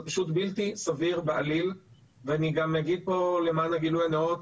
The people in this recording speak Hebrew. זה פשוט בלתי סביר בעליל ואני גם אגיד פה למען הגילוי הנאות,